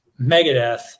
Megadeth